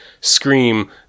scream